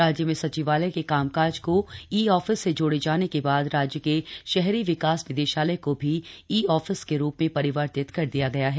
राज्य में सचिवालय के कामकाज को ई ऑफिस से जोड़े जाने के बाद राज्य के शहरी विकास निदेशालय को भी ई आफिस के रूप में परिवर्तित कर दिया गया है